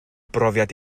brofiad